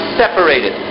separated